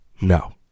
no